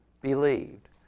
believed